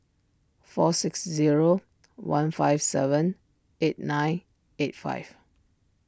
four six zero one five seven eight nine eight five